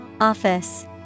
Office